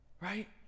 Right